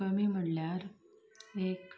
कमी म्हणल्यार एक